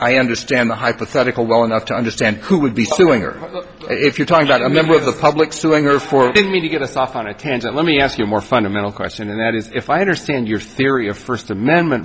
i understand the hypothetical well enough to understand who would be suing her if you're talking about a member of the public suing her for me to get us off on a tangent let me ask you a more fundamental question and that is if i understand your theory of first amendment